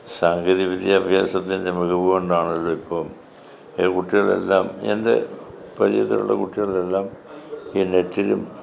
സാങ്കേതികവിദ്യാഭ്യാസത്തിൻ്റെ മികവുകൊണ്ടാണല്ലോ ഇപ്പം ഈ കുട്ടികളെല്ലാം എൻ്റെ പരിചയത്തിലുള്ള കുട്ടികളെല്ലാം ഈ നെറ്റിലും